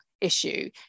issue